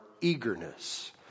eagerness